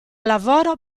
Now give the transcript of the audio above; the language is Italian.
lavoro